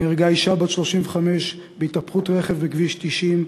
נהרגה אישה בת 35 בהתהפכות רכב בכביש 90,